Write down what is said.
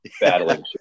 battling